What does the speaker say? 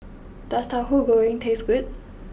does Tahu Goreng taste good